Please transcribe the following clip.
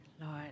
Lord